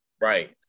right